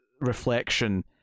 reflection